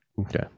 Okay